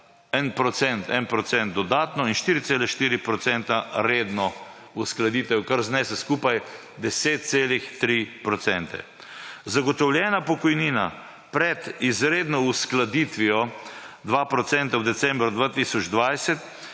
% dodatno in 4,4 % redno uskladitev, kar znese skupaj 10,3 %. Zagotovljena pokojnina pred izredno uskladitvijo, 2 % v decembru 2020